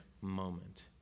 moment